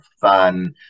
fun